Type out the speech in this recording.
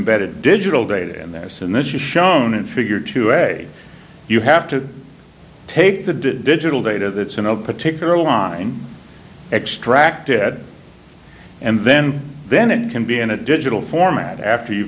imbedded digital data and this and this is shown in figure two a you have to take the digital data that's another particular line extracted and then then it can be in a digital format after you've